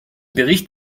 bericht